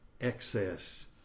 excess